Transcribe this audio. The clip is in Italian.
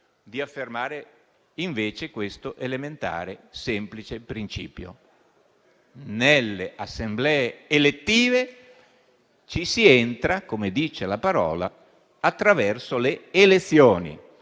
di affermare invece questo elementare semplice principio: nelle assemblee elettive ci si entra, come dice la parola, attraverso le elezioni.